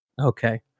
Okay